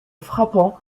frappant